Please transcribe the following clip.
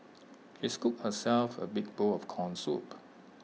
he scooped herself A big bowl of Corn Soup